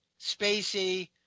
Spacey